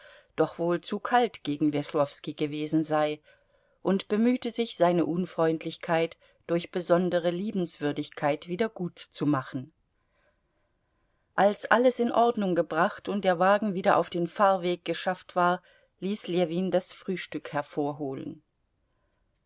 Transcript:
doch wohl zu kalt gegen weslowski gewesen sei und bemühte sich seine unfreundlichkeit durch besondere liebenswürdigkeit wiedergutzumachen als alles in ordnung gebracht und der wagen wieder auf den fahrweg geschafft war ließ ljewin das frühstück hervorholen